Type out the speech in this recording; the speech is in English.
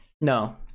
No